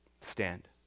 stand